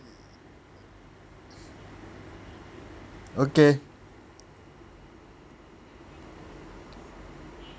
okay